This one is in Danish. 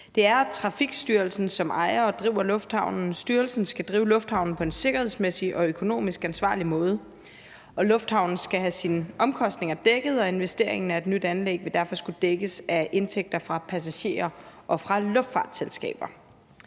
Det er Trafikstyrelsen, der ejer og driver lufthavnen. Styrelsen skal drive lufthavnen på en sikkerhedsmæssig og økonomisk ansvarlig måde, og lufthavnen skal have sine omkostninger dækket. Investeringen i nyt anlæg vil derfor skulle dækkes af indtægter fra passagerer og fra luftfartsselskaber.